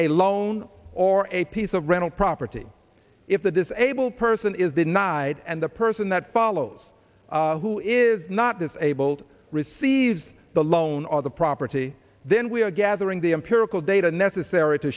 a loan or a piece of rental property if the disabled person is denied and the person that follows who is not disabled receives the loan or the property then we are gathering the empirical data necessary to